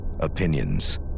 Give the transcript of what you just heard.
opinions